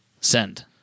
Send